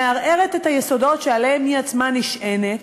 מערערת את היסודות שעליהם היא עצמה נשענת,